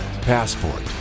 passport